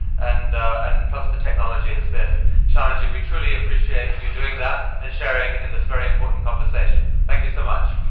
and and plus the technology has been challenging. we truly appreciate you doing that and sharing in this very important conversation. thank you so much.